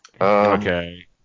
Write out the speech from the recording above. Okay